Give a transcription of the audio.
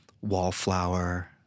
wallflower